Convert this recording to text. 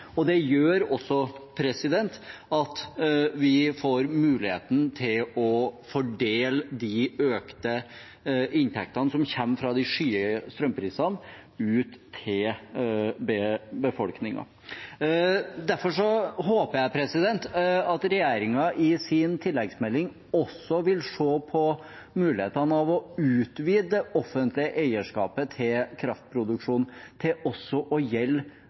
og det gjør også at vi får muligheten til å fordele de økte inntektene som kommer fra de skyhøye strømprisene, ut til befolkningen. Derfor håper jeg at regjeringen i sin tilleggsmelding også vil se på muligheten for å utvide det offentlige eierskapet til kraftproduksjonen til også å gjelde